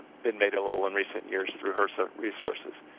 been made available in recent years through hrsa resources.